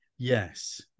Yes